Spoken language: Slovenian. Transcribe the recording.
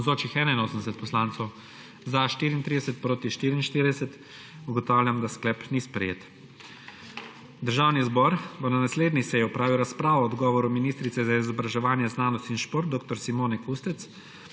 (Za je glasovalo 36.) (Proti 46.) Ugotavljam, da sklep ni sprejet. Državni zbor bo na naslednji seji opravil razpravo o odgovoru ministrice za izobraževanje, znanost in šport dr. Simone Kustec